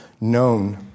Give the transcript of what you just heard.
known